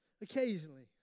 occasionally